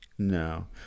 no